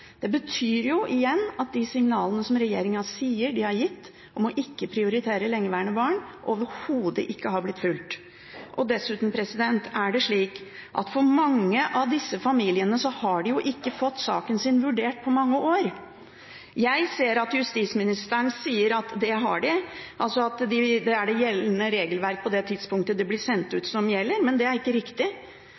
Det betyr igjen at de signalene som regjeringen sier de har gitt om ikke å prioritere lengeværende barn, overhodet ikke har blitt fulgt. Dessuten er det slik at mange av disse familiene ikke har fått saken sin vurdert på mange år. Jeg ser at justisministeren sier at det har de, at det er det gjeldende regelverk på det tidspunkt de blir sendt ut, som gjelder, men det er ikke riktig.